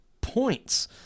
points